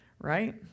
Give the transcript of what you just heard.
Right